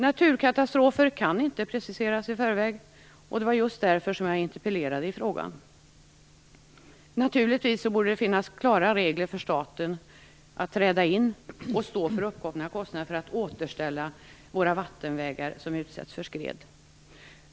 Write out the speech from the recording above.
Naturkatastrofer kan inte preciseras i förväg, och det var just därför som jag interpellerade i frågan. Naturligtvis borde det finnas klara regler för staten när det gäller att träda in och stå för uppkomna kostnader för att återställa våra vattenvägar som utsätts för skred.